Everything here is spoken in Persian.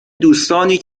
دوستانی